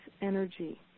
energy